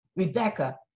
Rebecca